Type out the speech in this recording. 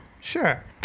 Sure